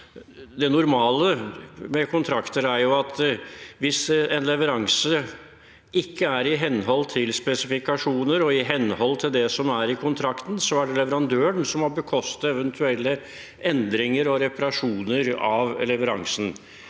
Det normale med kontrakter er jo at hvis en leveranse ikke er i henhold til spesifikasjoner og det som er i kontrakten, er det leverandøren som må bekoste eventuelle endringer og reparasjoner av leveransen.